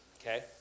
Okay